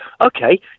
okay